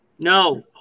No